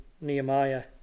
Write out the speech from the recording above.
Nehemiah